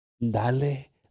Dale